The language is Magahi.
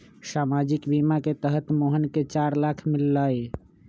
सामाजिक बीमा के तहत मोहन के चार लाख मिललई